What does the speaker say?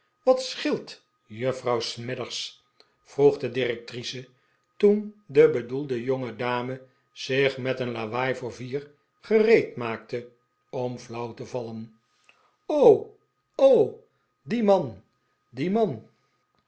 wat scheelt juffrouw smithers vroeg de directrice toen de bedoelde jongedame zich met een lawaai voor vier gereedmaakte om flauw te vallen die man die man